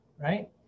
right